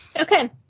Okay